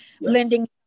lending